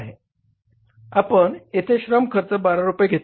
आपण येथे श्रम खर्च 12 रुपये घेतले आहेत म्हणून येथे श्रम खर्च 12 रुपये आहे बरोबर